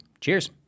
Cheers